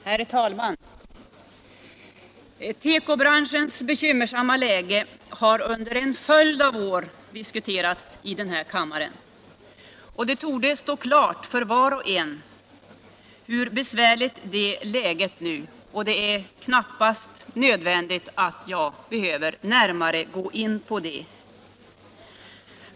Herr talman! Tekobranschens bekymmersamma läge har under en följd av år diskuterats i denna kammare. Det torde därför stå klart för var och en hur besvärligt det läget är, och jag behöver knappast närmare gå in på det.